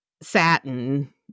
satin